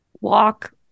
walk